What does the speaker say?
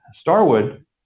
Starwood